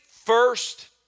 first